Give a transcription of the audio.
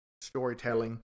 storytelling